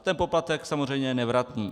Ten poplatek je samozřejmě nevratný.